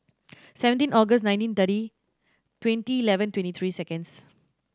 seventeen August nineteen thirty twenty eleven twenty three seconds